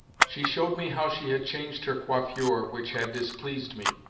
she showed me how she had changed her coiffure which had displeased me,